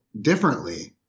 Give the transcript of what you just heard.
Differently